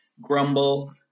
grumble